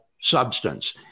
substance